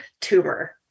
tumor